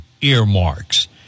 earmarks